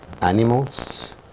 animals